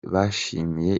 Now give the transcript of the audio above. bashimiye